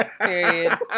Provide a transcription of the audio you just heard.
period